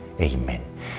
Amen